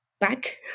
back